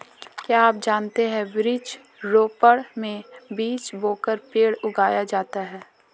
क्या आप जानते है वृक्ष रोपड़ में बीज बोकर पेड़ उगाया जाता है